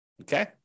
Okay